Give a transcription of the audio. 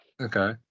Okay